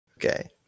Okay